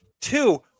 Two